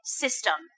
system